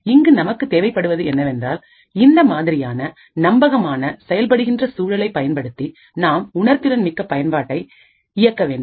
இங்கு நமக்கு தேவைப்படுவது என்னவென்றால்இந்தமாதிரியான நம்பகமான செயல்படுகின்ற சூழலைப் பயன்படுத்தி நாம் உணர்திறன் மிக்க பயன்பாட்டை இயக்க வேண்டும்